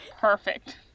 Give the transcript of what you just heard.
Perfect